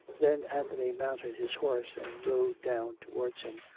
then anthony mounted his horse and rode down towards him,